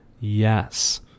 Yes